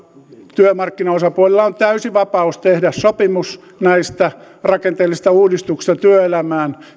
työmarkkinaosapuolilla on täysi vapaus tehdä sopimus näistä rakenteellisista uudistuksista työelämään